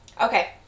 Okay